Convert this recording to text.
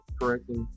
correctly